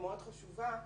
המאוד חשובה,